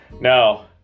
no